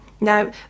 Now